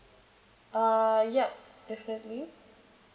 uh ya preferably